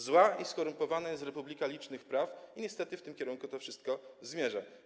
Zła i skorumpowana jest republika licznych praw, a niestety w tym kierunku to wszystko zmierza.